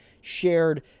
shared